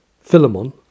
Philemon